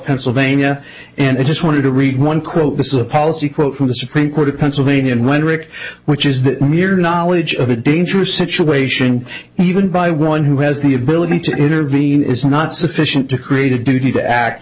pennsylvania and i just want to read one quote this is a policy quote from the supreme court pennsylvania when rick which is near knowledge of a dangerous situation even by one who has the ability to intervene is not sufficient to create a duty to act